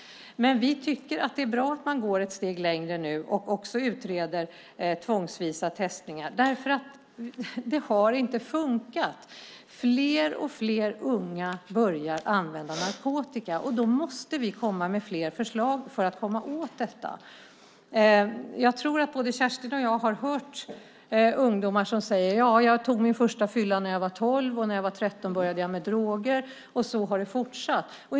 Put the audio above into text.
Men vi tycker att det är bra att man går ett steg längre nu och också utreder tvångsvisa testningar, för det har inte fungerat. Fler och fler unga börjar använda narkotika. Då måste vi komma med fler förslag för att komma åt detta. Jag tror att både Kerstin och jag har hört ungdomar som säger: Jag tog min första fylla när jag var tolv. När jag var 13 började jag med droger, och så har det fortsatt.